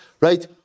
Right